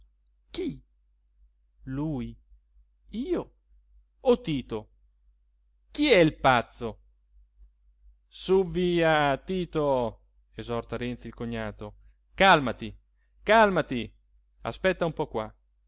lui io o tito chi è il pazzo sú via tito esorta renzi il cognato calmati calmati aspetta un po qua